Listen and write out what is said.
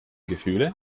gefühle